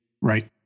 Right